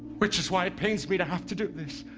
which is why it pains me to have to do this